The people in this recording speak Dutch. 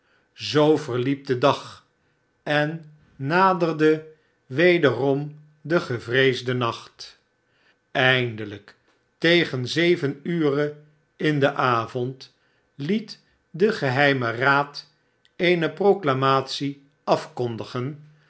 zoo verliep de dag en naderde wederom de gevreesde nacht eindelijk tegen zeven ure in den avond liet de geheime raad eene proclamatie afkondigen